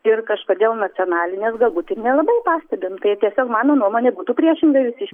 ir kažkodėl nacionalinės galbūt ir nelabai pastebim tai tiesiog mano nuomonė būtų priešinga jūsiš